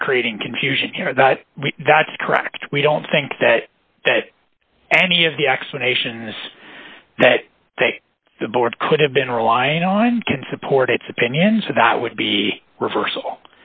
i'm creating confusion here that that's correct we don't think that that any of the explanations that they the board could have been relying on can support its opinion so that would be reversal